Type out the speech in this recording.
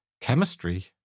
chemistry